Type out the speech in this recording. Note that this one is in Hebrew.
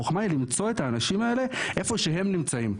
החוכמה היא למצוא את האנשים האלה איפה שהם נמצאים,